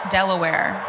Delaware